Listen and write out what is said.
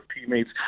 teammates